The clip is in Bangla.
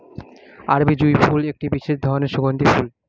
আরবি জুঁই ফুল একটি বিশেষ ধরনের সুগন্ধি ফুল